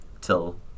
till